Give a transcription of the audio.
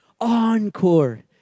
encore